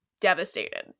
devastated